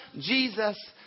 Jesus